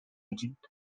agent